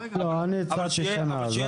לא, אני הצעתי שנה.